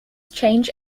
change